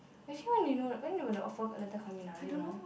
actually when do you know when will the offer letter come in ah do you know